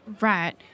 Right